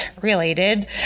related